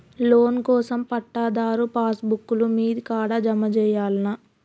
Loan కోసం పట్టాదారు passbook లు మీ కాడా జమ చేయల్నా?